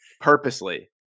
purposely